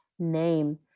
Name